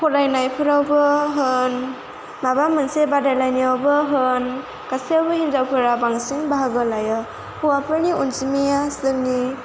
फरायनायफोरावबो होन माबा मोनसे बादायलायनायावबो होन गासैयावबो हिनजावफोरा बांसिन बाहागो लायो हौवाफोरनि अनजिमाया जोंनि